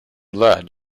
lad